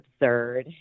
absurd